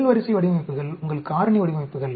முதல் வரிசை வடிவமைப்புகள் உங்கள் காரணி வடிவமைப்புகள்